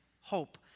hope